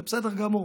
זה בסדר גמור.